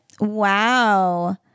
wow